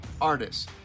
artists